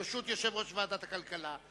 ברשות יושב-ראש ועדת הכלכלה,